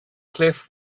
cliff